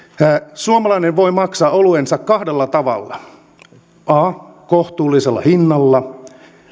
suomalainen voi maksaa oluensa kahdella tavalla a kohtuullisella hinnalla